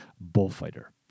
bullfighter